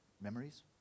memories